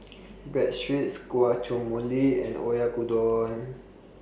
Breadsticks Guacamole and Oyakodon